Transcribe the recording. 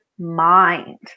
Mind